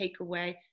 takeaway